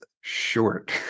short